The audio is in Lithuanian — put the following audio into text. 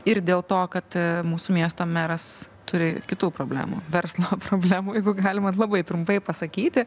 ir dėl to kad mūsų miesto meras turi kitų problemų verslo problemų jeigu galima labai trumpai pasakyti